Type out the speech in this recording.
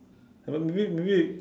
haven't maybe maybe